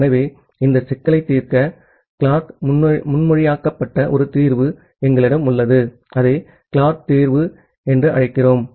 ஆகவே இந்த சிக்கலை தீர்க்க கிளார்க் முன்மொழியப்பட்ட ஒரு தீர்வு எங்களிடம் உள்ளது அதை கிளார்க் தீர்வு என்று அழைக்கிறோம்